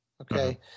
okay